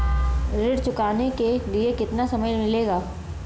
ऋण चुकाने के लिए कितना समय मिलेगा?